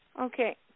Okay